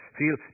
feel